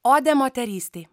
odė moterystei